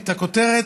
את הכותרת,